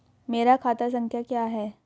मेरा खाता संख्या क्या है?